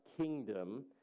kingdom